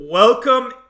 Welcome